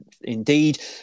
indeed